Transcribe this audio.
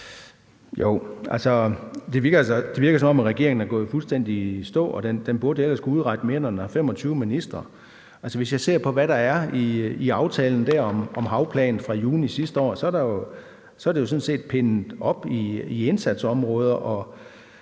(EL): Det virker, som om regeringen er gået fuldstændig i stå. Den burde ellers kunne udrette mere, når den har 25 ministre. Altså, hvis jeg ser på, hvad der er i aftalen om havplan fra juni sidste år, er det jo sådan set pindet op i indsatsområder, og